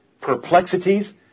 perplexities